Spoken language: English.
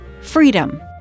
freedom